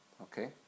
Okay